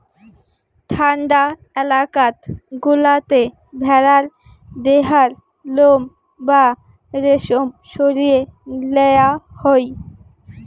ঠান্ডা এলাকাত গুলাতে ভেড়ার দেহার লোম বা রেশম সরিয়ে লেয়া হই